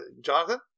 Jonathan